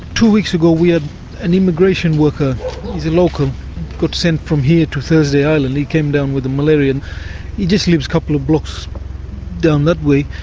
two weeks ago we had an immigration worker he's a local got sent from here to thursday island. he came down with malaria and he just lives a couple of blocks down that way,